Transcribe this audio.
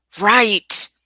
right